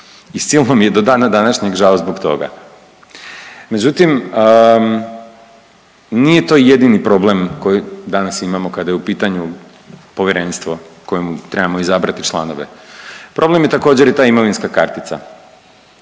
i silno mi je do dana današnjeg žao zbog toga. Međutim, nije to jedini problem koji danas imamo kada je u pitanju povjerenstvo kojemu trebamo izabrati članove, problem je također i ta imovinska kartica